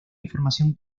información